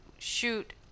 Shoot